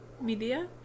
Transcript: Media